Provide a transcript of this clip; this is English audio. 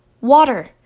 Water